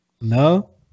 no